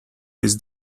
his